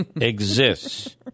exists